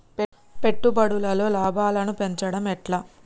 పెట్టుబడులలో లాభాలను పెంచడం ఎట్లా?